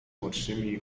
młodszymi